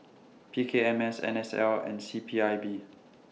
P K M S N S L and C P I B